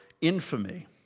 infamy